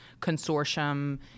consortium